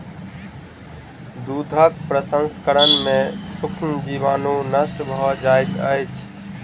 दूधक प्रसंस्करण में सूक्ष्म जीवाणु नष्ट भ जाइत अछि